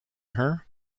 her